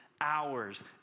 Hours